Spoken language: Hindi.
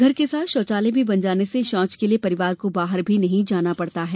घर के साथ शौचालय भी बन जाने से शौच के लिये परिवार को बाहर भी नहीं जाना पड़ता है